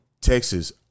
Texas